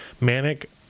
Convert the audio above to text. manic